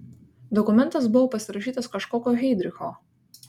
dokumentas buvo pasirašytas kažkokio heidricho